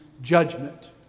judgment